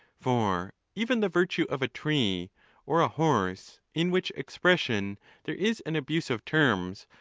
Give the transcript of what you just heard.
for even the virtue of a tree or a horse, in which expression there is an abuse of terms,